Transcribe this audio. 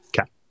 Okay